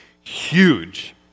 huge